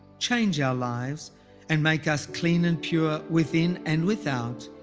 change our lives and make us clean and pure, within and without.